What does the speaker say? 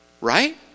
Right